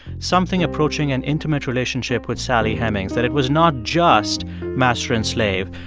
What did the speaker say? something approaching an intimate relationship with sally hemings, that it was not just master and slave.